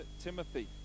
Timothy